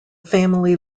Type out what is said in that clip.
family